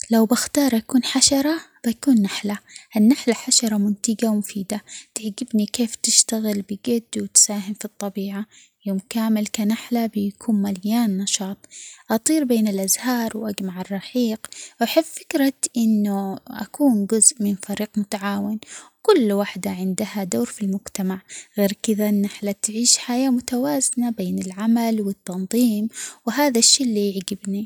لو بختار أكون حشرة بكون نحلة، النحلة حشرة منتجة ومفيدة تعجبني كيف تشتغل بجد وتساهم في الطبيعة. يوم كامل كنحلة بيكون مليان نشاط أطير بين الأزهار وأجمع الرحيق وأحب فكرة إنو أكون جزء من فريق متعاون كل وحدة عندها دور في المجتمع غير كدة النحلة تعيش حياة متوازنة بين العمل والتنظيم وهذا الشي اللي يعجبني.